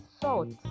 salt